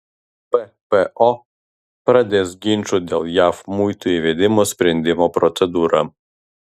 ppo pradės ginčų dėl jav muitų įvedimo sprendimo procedūrą